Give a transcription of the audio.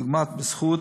דוגמת "בזכות"